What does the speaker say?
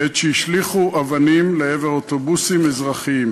בעת שהשליכו אבנים לעבר אוטובוסים אזרחיים.